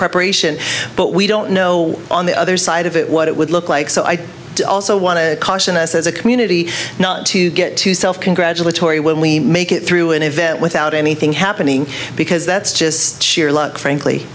preparation but we don't know on the other side of it what it would look like so i also want to caution us as a community not to get too self congratulatory when we make it through an event without anything happening because that's just sheer luck frankly